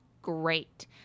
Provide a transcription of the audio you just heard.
Great